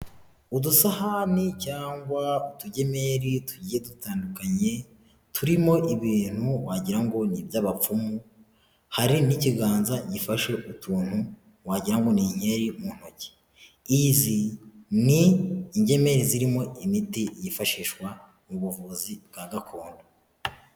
Udusahani cyangwa utugemeri tugiye dutandukanye turimo ibintu wagirango ngo ni ibyabapfumu hari nk'ikiganza gifashe utuntu wagirango ni inkeri mu ntoki izi ni ingemeri zirimo imiti yifashishwa mu buvuzi bwa gakondo